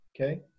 Okay